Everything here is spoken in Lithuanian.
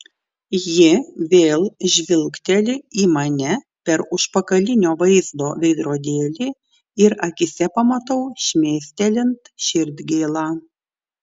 ji vėl žvilgteli į mane per užpakalinio vaizdo veidrodėlį ir akyse pamatau šmėstelint širdgėlą